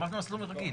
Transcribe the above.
את אמרת במסלול הרגיל.